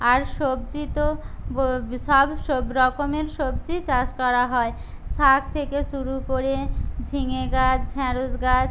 আর সবজি তো সব রকমের সবজি চাষ করা হয় শাক থেকে শুরু করে ঝিঙে গাছ ঢ্যাঁড়শ গাছ